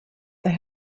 they